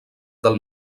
del